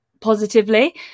positively